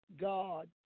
God